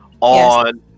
on